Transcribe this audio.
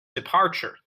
departure